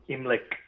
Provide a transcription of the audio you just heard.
Imlek